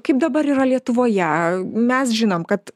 kaip dabar yra lietuvoje mes žinom kad